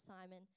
Simon